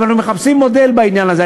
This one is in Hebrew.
אבל אנחנו מחפשים מודל בעניין הזה,